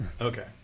Okay